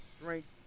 strength